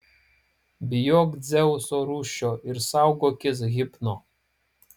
bijok dzeuso rūsčio ir saugokis hipno